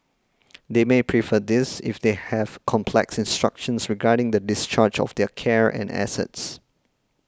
they may prefer this if they have complex instructions regarding the discharge of their care and assets